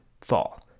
fall